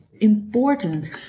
important